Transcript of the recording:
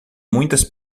muitas